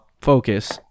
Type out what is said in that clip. Focus